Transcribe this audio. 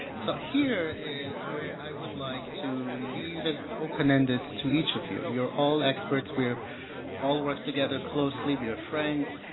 so here is where i would like to leave it open-ended to each of you. you're all experts. we've all worked together closely. we're friends.